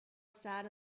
sat